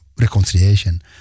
reconciliation